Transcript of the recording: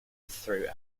through